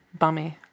bummy